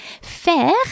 Faire